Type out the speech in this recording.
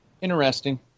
interesting